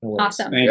Awesome